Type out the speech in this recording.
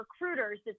recruiters